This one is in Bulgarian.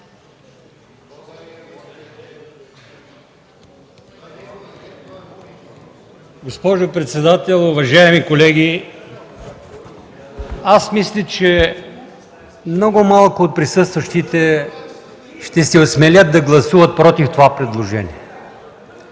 Госпожо председател, уважаеми колеги! Аз мисля, че много малко от присъстващите ще се осмелят да гласуват против това предложение,